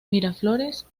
miraflores